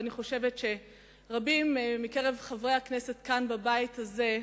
ואני חושבת שרבים בקרב חברי הכנסת מסירים